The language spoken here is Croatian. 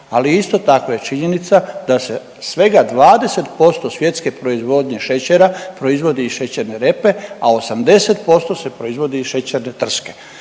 ali isto tako je činjenica da se svega 20% svjetske proizvodnje šećera proizvodi iz šećerne repe, a 80% se proizvodi iz šećerne trske.